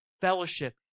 fellowship